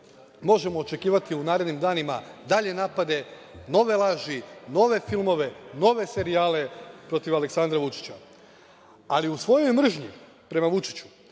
imenom. Možemo očekivati u narednim danima dalje napade, nove laži, nove filmove, nove serijale protiv Aleksandra Vučića. Ali u svojoj mržnji prema Vučiću,